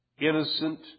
Innocent